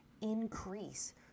increase